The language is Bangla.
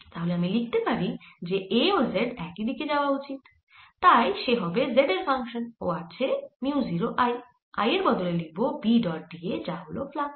তাহলে আমি লিখতে পারি যে A ও z দিকেই হওয়া উচিত তাই সে হবে z এর ফাংশান ও আছে মিউ 0 I I এর বদলে লিখব B ডট d a যা হল ফ্লাক্স